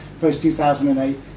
post-2008